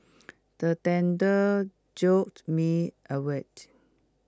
the thunder jolt me awake